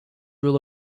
rule